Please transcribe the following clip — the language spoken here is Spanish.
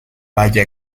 valle